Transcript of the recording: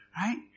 right